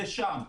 זה שם.